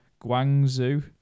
Guangzhou